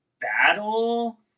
battle